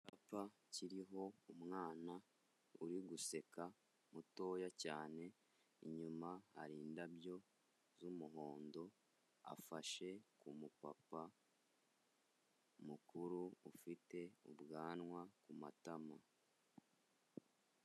Icyapfa kiriho umwana uri guseka mutoya cyane, inyuma hari indabyo z'umuhondo afashe ku mupapa mukuru ufite ubwanwa ku matama.